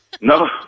No